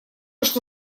что